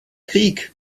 krieg